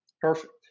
perfect